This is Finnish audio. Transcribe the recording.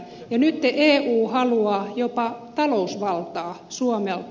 nyt eu haluaa jopa talousvaltaa suomelta